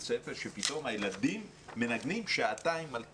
ספר שפתאום הילדים מנגנים שעתיים על כלי.